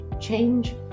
change